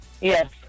Yes